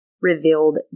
revealed